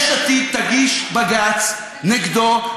יש עתיד תגיש בג"ץ נגדו,